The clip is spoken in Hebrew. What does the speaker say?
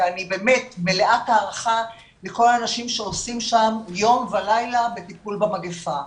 ואני מלאת הערכה לכל האנשים שעושים שם יום ולילה בטיפול במגיפה.